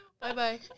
Bye-bye